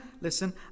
listen